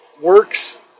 works